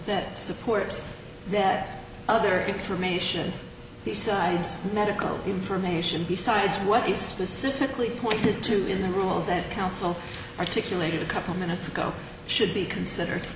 that supports that other information besides medical information besides what is specifically pointed to the rule that counsel articulated a couple minutes ago should be considered